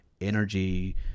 energy